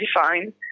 fine